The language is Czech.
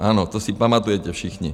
Ano, to si pamatujete všichni.